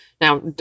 Now